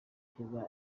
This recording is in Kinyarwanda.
cyiza